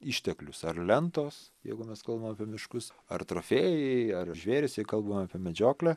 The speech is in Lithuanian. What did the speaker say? išteklius ar lentos jeigu mes kalbam apie miškus ar trofėjai ar žvėrys jei kalbam apie medžioklę